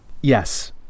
Yes